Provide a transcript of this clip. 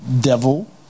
Devil